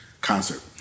concert